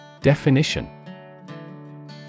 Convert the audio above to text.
Definition